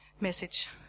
message